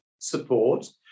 support